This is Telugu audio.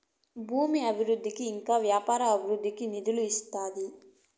భూమి అభివృద్ధికి ఇంకా వ్యాపార అభివృద్ధికి నిధులు ఇస్తాది